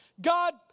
God